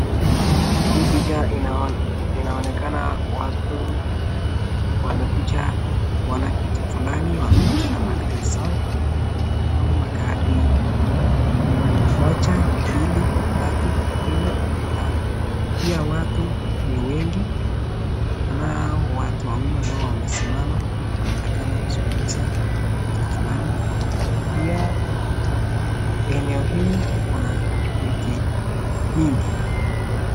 Hii picha inaonekana watu wamekuja kuona kitu fulani. Wamekuja na magari yao. Naona magari moja, mbili, tatu, nne, tano. Pia watu ni wengi. Naona watu wawili ambao wamesimama wanaonekana kuzungumza kitu fulani. Pia eneo hili kuna miti mingi.